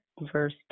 verse